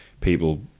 people